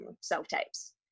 self-tapes